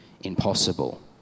impossible